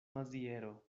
maziero